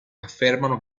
affermano